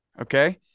okay